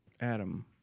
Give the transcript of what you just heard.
Adam